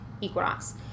Equinox